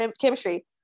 chemistry